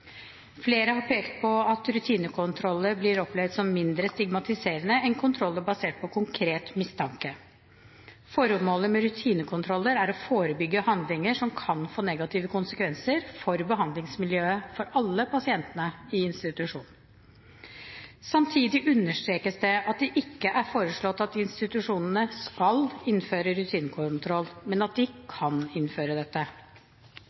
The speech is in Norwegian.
Flere har pekt på at rutinekontroller blir opplevd som mindre stigmatiserende enn kontroller basert på konkret mistanke. Formålet med rutinekontroller er å forebygge handlinger som kan få negative konsekvenser for behandlingsmiljøet for alle pasientene i institusjonen. Samtidig understrekes det at det ikke er foreslått at institusjonene skal innføre rutinekontroll, men at de kan innføre dette.